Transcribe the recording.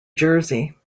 jersey